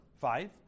five